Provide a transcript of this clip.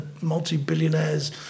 multi-billionaires